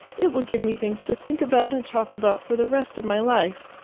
it will give me things to think about and talk about for the rest of my life.